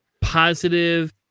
positive